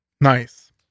nice